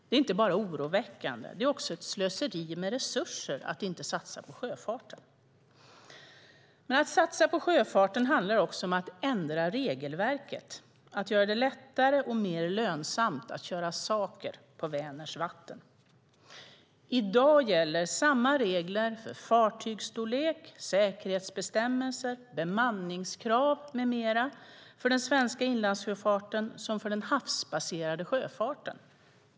Det är inte bara oroväckande utan det är också ett slöseri med resurser att inte satsa på sjöfarten. Att satsa på sjöfarten handlar också om att ändra regelverket, att göra det lättare och mer lönsamt att köra saker på Vänerns vatten. I dag gäller samma regler för fartygsstorlek, säkerhetsbestämmelser, bemanningskrav med mera för den svenska inlandssjöfarten som för den havsbaserade sjöfarten.